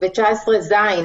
בסעיף 319(ז),